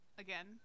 Again